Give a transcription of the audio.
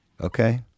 Okay